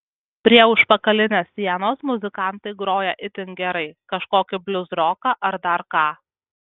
prie užpakalinės sienos muzikantai groja itin gerai kažkokį bliuzroką ar dar ką